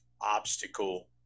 obstacle